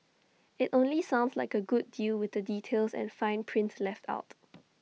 IT only sounds like A good deal with the details and fine print left out